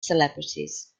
celebrities